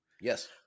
Yes